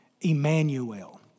Emmanuel